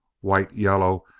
white yellow,